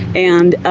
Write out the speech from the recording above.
and